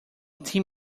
team